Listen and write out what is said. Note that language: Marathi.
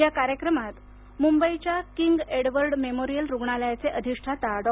या कार्यक्रमात मुंबईच्या किंग एडवर्ड मेमोरियल रुग्णालयाचे अधिष्ठाता डॉ